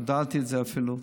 הודעתי את זה אפילו.